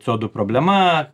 c o du problema